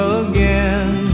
again